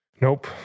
Nope